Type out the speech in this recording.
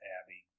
Abby